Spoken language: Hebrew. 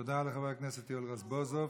תודה לחבר הכנסת יואל רזבוזוב.